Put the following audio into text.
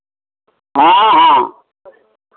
हँ हँ